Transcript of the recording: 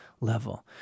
level